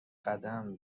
قدم